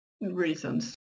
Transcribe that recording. reasons